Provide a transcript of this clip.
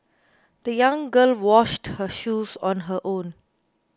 the young girl washed her shoes on her own